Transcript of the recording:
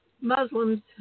Muslims